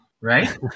right